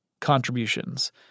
contributions